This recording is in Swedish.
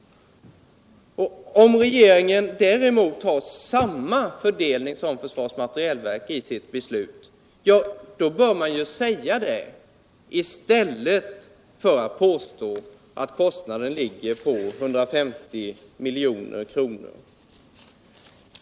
Om regeringen däremot har samma fördelning som försvarets materielverk i sitt beslut bör man ju säga det i stället för att påstå att kostnaden ligger på 150 milj.kr.